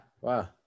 Wow